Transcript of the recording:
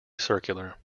circular